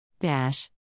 Dash